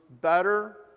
better